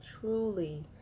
truly